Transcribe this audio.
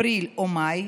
אפריל או מאי,